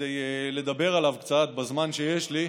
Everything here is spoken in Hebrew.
כדי לדבר עליו קצת בזמן שיש לי,